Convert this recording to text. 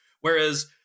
Whereas